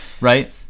Right